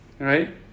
right